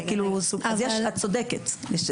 את צודקת.